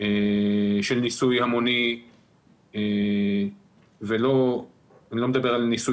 של ניסוי המוני ואני לא מדבר על ניסוי